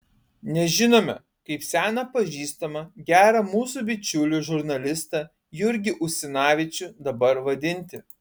nežinome kaip seną pažįstamą gerą mūsų bičiulį žurnalistą jurgį usinavičių dabar vadinti